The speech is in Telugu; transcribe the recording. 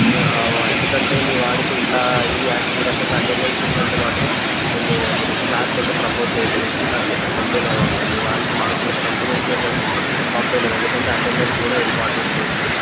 ఇక ఎందుకు అంటే మీ వాడు ఇప్పుడు ఇట్లా ఈ ఈ రకంగా అటెండెన్స్ ఉంది అంటే మాత్రం మేము నెక్స్ట్ క్లాస్కి అయితే ప్రమోట్ చేయలేము నెక్స్ట్ క్లాస్కి అయితే పంపించలేము అమ్మా మీ వానికి మార్క్స్ ఎంత మంచిగా వచ్చినా సరే మేము పంపించలేము ఎందుకంటే అటెండెన్స్ కూడా ఇంపార్టెంటే ఇక్కడ